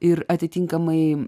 ir atitinkamai